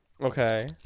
Okay